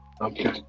Okay